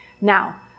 Now